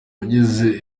bagize